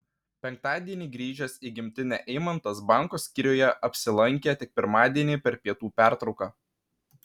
penktadienį grįžęs į gimtinę eimantas banko skyriuje apsilankė tik pirmadienį per pietų pertrauką